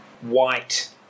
white